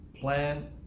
plan